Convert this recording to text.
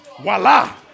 voila